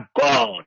God